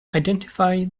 identify